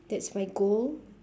that's my goal